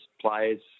players